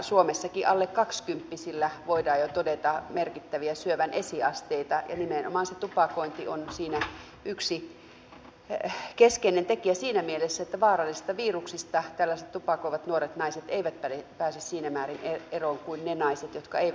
suomessakin alle kaksikymppisillä voidaan jo todeta merkittäviä syövän esiasteita ja nimenomaan se tupakointi on siinä yksi keskeinen tekijä siinä mielessä että vaarallisista viruksista tällaiset tupakoivat nuoret naiset eivät pääse siinä määrin eroon kuin ne naiset jotka eivät tupakoi